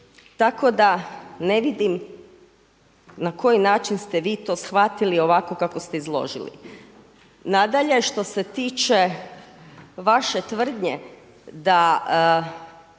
Tako da ne vidim na koji način ste vi to shvatili ovako kako ste izložili. Nadalje, što se tiče vaše tvrdnje da